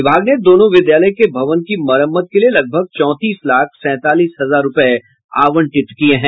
विभाग ने दोनों विद्यालय के भवन की मरम्मत के लिये लगभग चौंतीस लाख सैंतालीस हजार रूपये आवंटित किये हैं